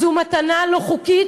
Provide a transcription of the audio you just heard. זו מתנה לא חוקית,